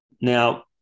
Now